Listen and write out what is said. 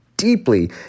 deeply